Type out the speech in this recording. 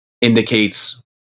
indicates